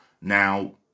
Now